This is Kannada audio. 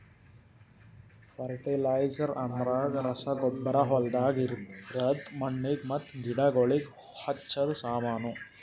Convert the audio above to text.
ಫರ್ಟಿಲೈಜ್ರ್ಸ್ ಅಂದ್ರ ರಸಗೊಬ್ಬರ ಹೊಲ್ದಾಗ ಇರದ್ ಮಣ್ಣಿಗ್ ಮತ್ತ ಗಿಡಗೋಳಿಗ್ ಹಚ್ಚದ ಸಾಮಾನು